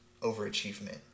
overachievement